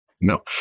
No